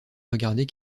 regarder